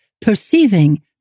perceiving